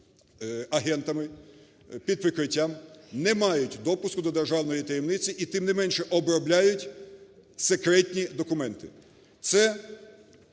"агентами під прикриттям", не мають допуску до державної таємниці, і тим неменше обробляють секретні документи.